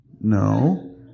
No